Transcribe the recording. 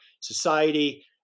society